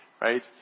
right